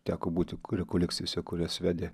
teko būti kuri rekolekcijose kurias vedė